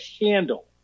handle